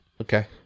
Okay